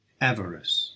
Avarice